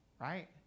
right